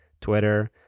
Twitter